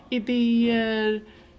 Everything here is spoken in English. idéer-